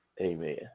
amen